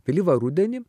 vėlyvą rudenį